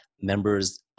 members